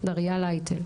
דריה לייטה.